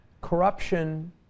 Corruption